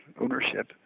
ownership